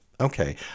Okay